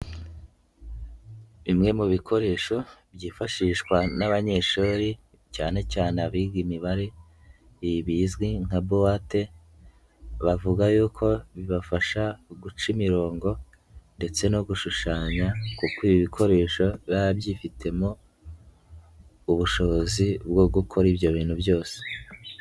Bimwe mu bikoresho byifashishwa n'abanyeshuri cyane cyane abiga imibare, ibi bizwi nka bowate bavuga yuko bibafasha guca imirongo ndetse no gushushanya, kuko ibikoresho biba byifitemo ubushobozi bwo gukora ibyo bintu byose.